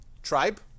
tribe